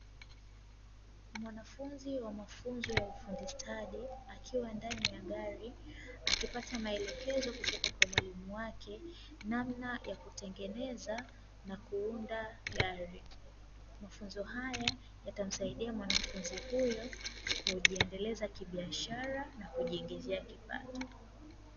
Mwanafunzi wa mafunzo ya ufundi stadi akiwa ndani ya gari akipata maelekezo kutoka kwa mwalimu wake, namna ya kutengeneza na kuunda gari. Mafunzo haya yatamsaidia mwanafunzi huyo kujiendeleza kibiashara na kujiongezea kipato.